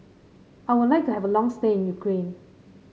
I would like to have a long stay in Ukraine